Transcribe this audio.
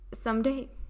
someday